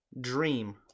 Dream